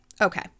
Okay